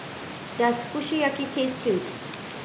does Kushiyaki taste good